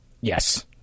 Yes